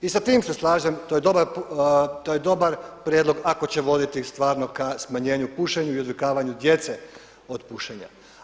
I sa tim se slažem, to je dobar prijedlog ako će voditi stvarno k smanjenju pušenja i odvikavanju djece od pušenja.